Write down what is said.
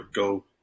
go